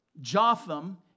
Jotham